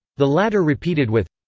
the latter repeated with,